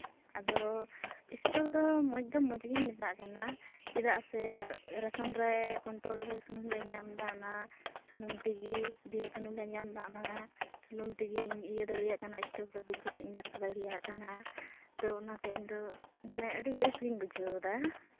ᱟᱫᱚ ᱮᱥᱴᱳᱵᱷ ᱫᱚ ᱢᱚᱡᱽ ᱫᱚ ᱢᱚᱡᱽ ᱜᱤᱧ ᱢᱮᱛᱟᱜ ᱠᱟᱱᱟ ᱪᱮᱫᱟᱜ ᱥᱮ ᱨᱮᱥᱚᱱ ᱨᱮ ᱠᱳᱱᱴᱳᱞ ᱨᱮ ᱥᱩᱱᱩᱢ ᱞᱮ ᱧᱟᱢᱫᱟ ᱚᱱᱟ ᱥᱩᱱᱩᱢ ᱛᱮᱜᱮ ᱫᱮᱣᱦᱮᱹ ᱥᱩᱱᱩᱢ ᱞᱮ ᱧᱟᱢᱫᱟ ᱚᱱᱟ ᱥᱩᱱᱩᱢ ᱛᱮᱜᱮ ᱤᱧ ᱤᱭᱟᱹ ᱫᱟᱲᱮᱭᱟᱜ ᱠᱟᱱᱟ ᱮᱥᱴᱳᱵᱷ ᱨᱮ ᱫᱩᱞ ᱠᱟᱛᱮᱫ ᱤᱧ ᱫᱟᱠᱟ ᱫᱟᱲᱮᱭᱟᱜ ᱠᱟᱱᱟ ᱛᱚ ᱚᱱᱟᱛᱮ ᱤᱧ ᱫᱚ ᱢᱟᱱᱮ ᱟᱹᱰᱤ ᱵᱮᱥᱜᱤᱧ ᱵᱩᱡᱷᱟᱹᱣᱫᱟ